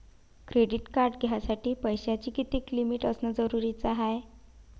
Credit card घ्यासाठी पैशाची कितीक लिमिट असनं जरुरीच हाय?